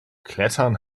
klettern